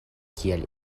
kiel